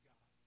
God